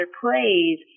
plays